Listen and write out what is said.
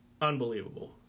unbelievable